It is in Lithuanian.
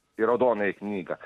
į raudonąją knygą